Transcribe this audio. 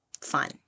Fun